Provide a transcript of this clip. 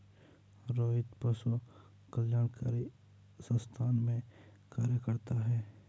रोहित पशु कल्याणकारी संस्थान में कार्य करता है